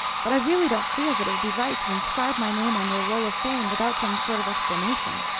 but i really don't feel that it would be right to inscribe my name on your roll of fame without some sort of explanation.